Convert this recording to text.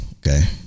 okay